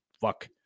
Fuck